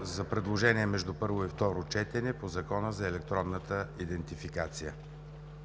за предложения между първо и второ четене по Закона за електронната идентификация.